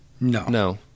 no